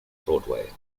broadway